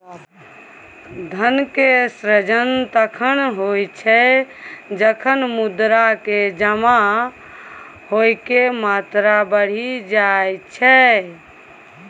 धन के सृजन तखण होइ छै, जखन मुद्रा के जमा होइके मात्रा बढ़ि जाई छै